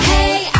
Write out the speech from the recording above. Hey